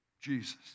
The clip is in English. Jesus